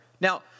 Now